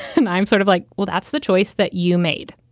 and i'm sort of like, well, that's the choice that you made,